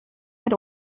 had